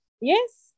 Yes